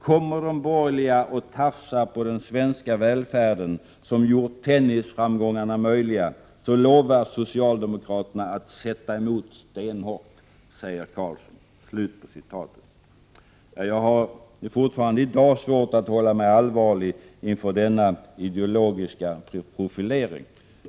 Kommer de borgerliga och tafsar på den svenska välfärden som gjort tennisframgångarna möjliga så lovar socialdemokraterna att sätta emot stenhårt, säger Carlsson.” Jag har fortfarande i dag svårt att hålla mig allvarlig inför denna ideologiska profilering.